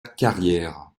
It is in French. carrière